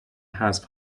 حذف